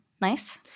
Nice